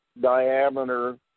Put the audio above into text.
diameter